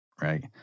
Right